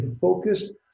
focused